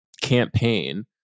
campaign